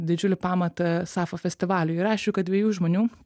didžiulį pamatą safa festivaliui ir aišku kad dviejų žmonių